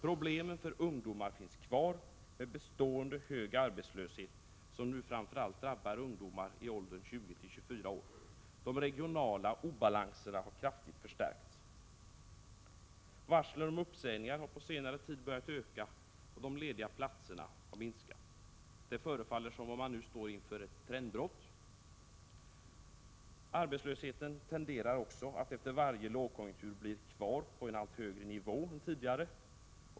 Problemen för ungdomar finns kvar med bestående hög arbetslöshet, som nu framför allt drabbar ungdomar i åldern 20—24 år. De regionala obalanserna har kraftigt förstärkts. Varsel om uppsägningar har på senare tid börjat öka, och antalet lediga platser har minskat. Det förefaller som om man nu står inför ett trendbrott. Arbetslösheten tenderar också att efter varje lågkonjunktur vara kvar på en högre nivå än tidigare.